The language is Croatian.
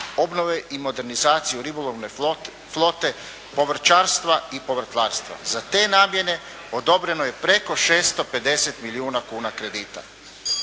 obnove i modernizacije ribolovne flote, povrćarstva i povrtlarstva. Za te namjene odobreno je preko 650 milijuna kuna kredita.